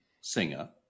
singer